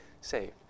saved